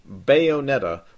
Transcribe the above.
Bayonetta